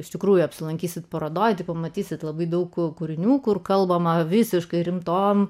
iš tikrųjų apsilankysite parodoje pamatysite labai daug kūrinių kur kalbama visiškai rimtom